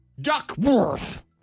Duckworth